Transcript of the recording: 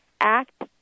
act